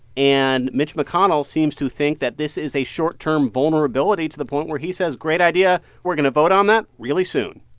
and mitch mcconnell seems to think that this is a short-term vulnerability to the point where he says, great idea. we're going to vote on that really soon.